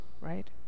right